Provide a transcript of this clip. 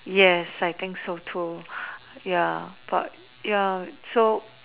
yes I think so too ya but ya so